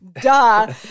Duh